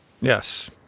Yes